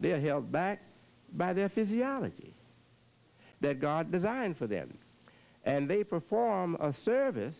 they are held back by their physiology that god designed for them and they perform a service